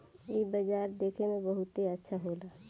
इ बाजार देखे में बहुते अच्छा होला